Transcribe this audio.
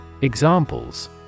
Examples